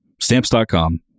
Stamps.com